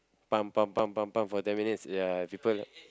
pam pam pam pam pam for ten minutes ya people